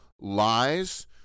lies